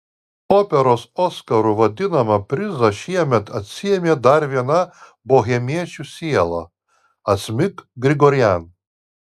operos oskaru vadinamą prizą šiemet atsiėmė dar viena bohemiečių siela asmik grigorian